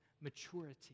maturity